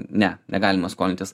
ne negalima skolintis